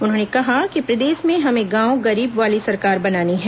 उन्होंने कहा कि प्रदेश में हमें गांव गरीब वाली सरकार बनानी है